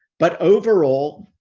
but overall,